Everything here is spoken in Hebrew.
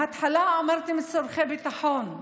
בהתחלה אמרתם צורכי ביטחון,